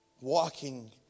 walking